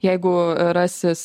jeigu rasis